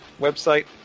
website